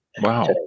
Wow